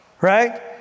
Right